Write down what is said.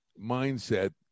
mindset